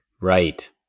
right